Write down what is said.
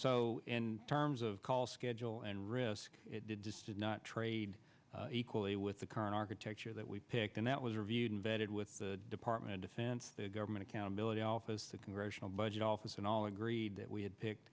so in terms of call schedule and risk it did not trade equally with the current architecture that we pick and that was reviewed in bed with the department of defense the government accountability office the congressional budget office and all agreed that we had picked